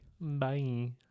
bye